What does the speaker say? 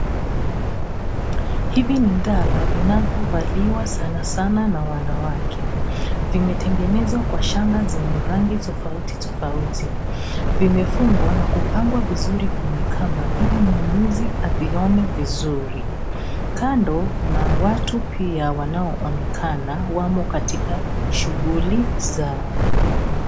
Hivi ni ndala vinavyovaliwa sana sana na wanawake. Vimetengenezwa kwa shanga zenye rangi tofauti tofauti. Vimefungwa na kupangwa kwenye kamba ili mnunuzi avione vizuri. Kando kuna watu pia wanaoonekana wamo katika shughuli zao.